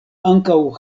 ankaŭ